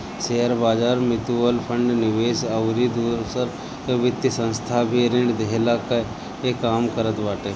शेयरबाजार, mutual fund, निवेश अउरी दूसर वित्तीय संस्था भी ऋण देहला कअ काम करत बाटे